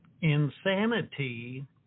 insanity